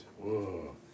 Whoa